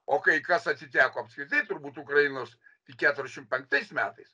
o kai kas atiteko apskritai turbūt ukrainos tik keturiasdešim penktais metais